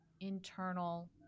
internal